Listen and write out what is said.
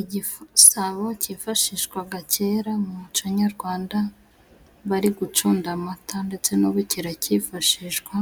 Igisabo cyifashishwaga kera mu muco nyarwanda，bari gucunda amata ndetse n'ubu kirakifashishwa，